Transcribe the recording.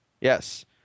Yes